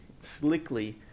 slickly